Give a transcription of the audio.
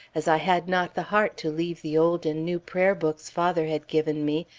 as i had not the heart to leave the old and new prayer books father had given me,